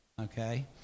okay